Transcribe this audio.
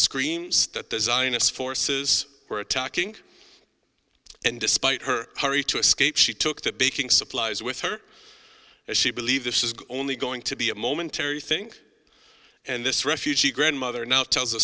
zionists forces were attacking and despite her hurry to escape she took the baking supplies with her as she believed this is only going to be a momentary thing and this refugee grandmother now tells a